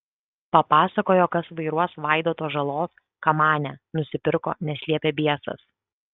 papasakojo kas vairuos vaidoto žalos kamanę nusipirko nes liepė biesas